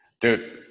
Dude